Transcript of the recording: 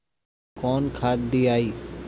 कौन खाद दियई?